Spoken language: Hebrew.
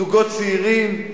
זוגות צעירים,